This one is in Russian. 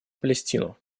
палестину